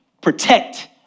protect